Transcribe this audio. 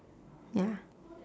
ya